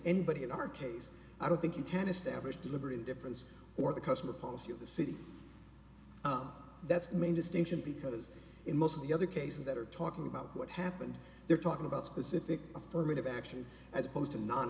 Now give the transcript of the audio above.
anybody in our case i don't think you can establish deliberate indifference or the customer policy of the city that's the main distinction because in most of the other cases that are talking about what happened they're talking about specific affirmative action as opposed to non